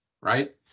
right